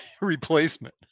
replacement